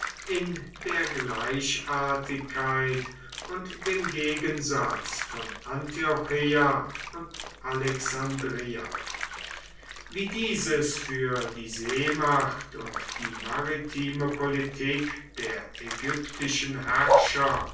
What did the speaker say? in der gleichartigkeit und dem gegensatz von antiocheia und alexandreia wie dieses für die seemacht und die maritime politik der ägyptischen herrscher